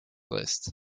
list